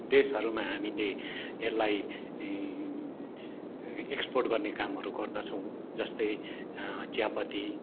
देशहरूमा हामीले यसलाई एक्सपर्ट गर्ने कामहरू गर्दछौँ जस्तै चियापत्ती